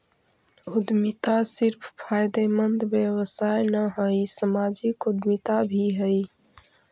उद्यमिता सिर्फ फायदेमंद व्यवसाय न हई, सामाजिक उद्यमिता भी हई